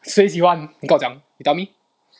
谁喜欢你跟我讲 you tell me